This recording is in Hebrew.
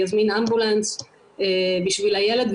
או יזמין אמבולנס בשביל הילד.